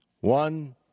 One